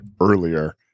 earlier